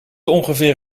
ongeveer